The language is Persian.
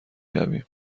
شویم